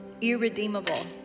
irredeemable